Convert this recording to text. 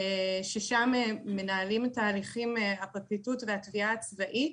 שם מנהלים את ההליכים הפרקליטות והתביעה הצבאית,